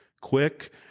quick